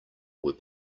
were